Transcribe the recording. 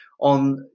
on